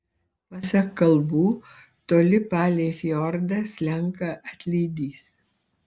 pasak kalbų toli palei fjordą slenka atlydys